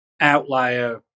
outlier